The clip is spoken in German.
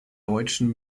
deutschen